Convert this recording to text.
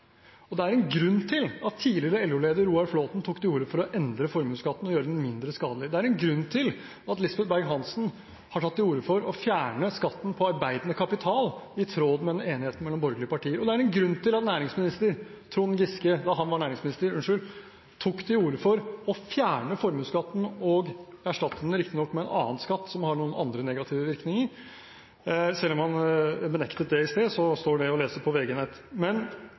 nedgang. Det er en grunn til at tidligere LO-leder Roar Flåthen tok til orde for å endre formuesskatten og gjøre den mindre skadelig. Det er en grunn til at Lisbeth Berg-Hansen har tatt til orde for å fjerne skatten på arbeidende kapital, i tråd med enigheten mellom borgerlige partier. Og det er en grunn til at Trond Giske, da han var næringsminister, tok til orde for å fjerne formuesskatten og erstatte den – riktignok med en annen skatt, som har noen andre negative virkninger. Selv om han benektet det i sted, står det å lese på VG Nett. Men